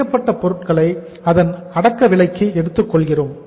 முடிக்கப்பட்ட பொருட்களை அதன் அடக்க விலைக்கு எடுத்துக் கொள்கிறோம்